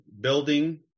building